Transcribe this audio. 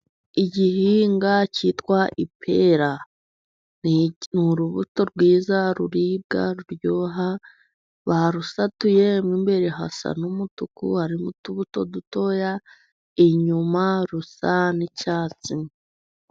Igihingwa cyitwa ipera ni urubuto rwiza ruribwa, ruryoha. Barusatuye mo imbere hasa n'umutuku, harimo utubuto dutoya; inyuma rusa n'icyatsi.